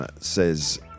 says